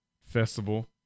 festival